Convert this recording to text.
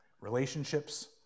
Relationships